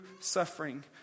suffering